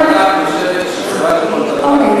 אוקיי.